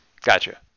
Gotcha